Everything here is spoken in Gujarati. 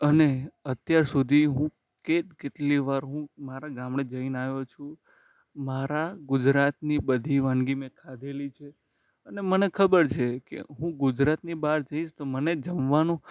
અને અત્યાર સુધી હું કેટ કેટલી વાર હું મારા ગામડે જઈને આવ્યો છું મારા ગુજરાતની બધી વાનગી મેં ખાધેલી છે અને મને ખબર છે કે હું ગુજરાતની બહાર જઈશ તો મને જમવાનું